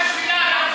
מותר לו.